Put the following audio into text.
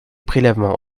prélèvements